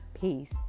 Peace